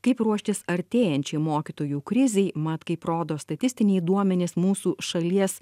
kaip ruoštis artėjančiai mokytojų krizei mat kaip rodo statistiniai duomenys mūsų šalies